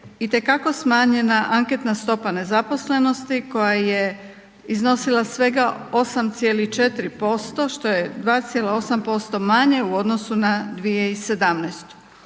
itekako smanjena anketna stopa nezaposlenosti koja je iznosila svega 8,4% što je 2,8% manje u odnosu na 2017.